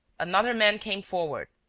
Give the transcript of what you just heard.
another man came forward,